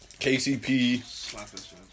KCP